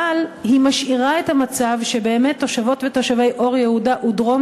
אבל היא משאירה את המצב שבאמת תושבות ותושבי אור-יהודה ודרום